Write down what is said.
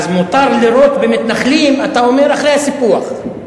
אז מותר לירות במתנחלים, אתה אומר, אחרי הסיפוח.